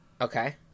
Okay